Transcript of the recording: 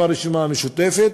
עם הרשימה המשותפת,